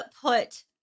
put